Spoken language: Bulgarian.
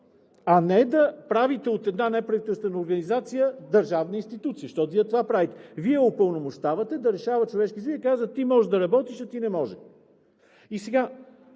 а не да правите от една неправителствена организация държавна институция, защото Вие това правите. Вие упълномощавате да се решават човешки съдби и казвате: ти може да работиш – ти не може. И сега,